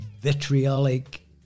vitriolic